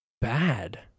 bad